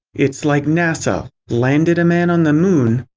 it's like nasa landed a man on the moon,